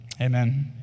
Amen